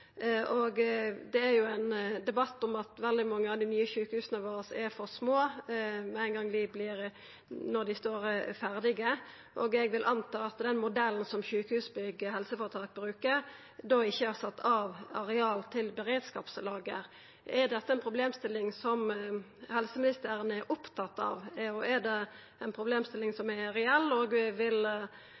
lager. Det er jo ein debatt om at veldig mange av dei nye sjukehusa våre er for små når dei står ferdige, og eg vil anta at den modellen som Sjukehusbygg og helseføretaka bruker, ikkje har sett av areal til beredskapslager. Er dette ei problemstilling som helseministeren er opptatt av, og er det ei problemstilling som er reell? Vil